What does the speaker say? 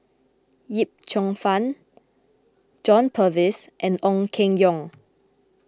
Yip Cheong Fun John Purvis and Ong Keng Yong